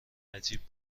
نجیب